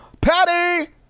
Patty